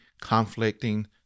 conflicting